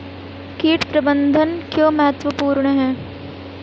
कीट प्रबंधन क्यों महत्वपूर्ण है?